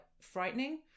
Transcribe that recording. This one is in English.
frightening